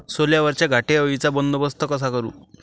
सोल्यावरच्या घाटे अळीचा बंदोबस्त कसा करू?